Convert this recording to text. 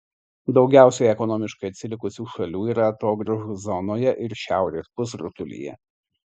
daugiausiai ekonomiškai atsilikusių šalių yra atogrąžų zonoje ir šiaurės pusrutulyje